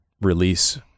release